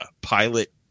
pilot